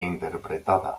interpretada